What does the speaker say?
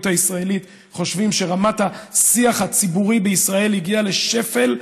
הישראלית חושבים שרמת השיח הציבורי בישראל הגיעה לשפל,